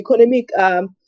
economic